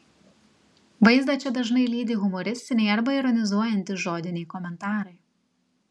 vaizdą čia dažnai lydi humoristiniai arba ironizuojantys žodiniai komentarai